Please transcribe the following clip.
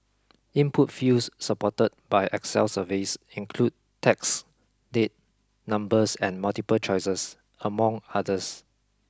input fields supported by excel surveys include text date numbers and multiple choices among others